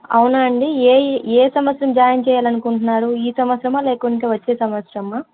అవునా అండి ఏ ఏ సంవత్సరం జాయిన్ చేయాలనుకుంటున్నారు ఈ సంవత్సరమా లేకుంటే వచ్చే సంవత్సరమా